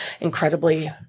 incredibly